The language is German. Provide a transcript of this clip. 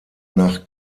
nach